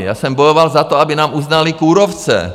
Já jsem bojoval za to, aby nám uznali kůrovce.